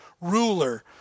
ruler